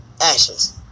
Ashes